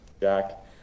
Jack